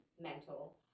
mental